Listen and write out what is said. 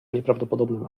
nieprawdopodobnym